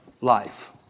life